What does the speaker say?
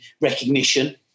recognition